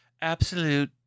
absolute